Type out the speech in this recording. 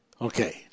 Okay